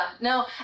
no